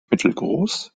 mittelgroß